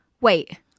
Wait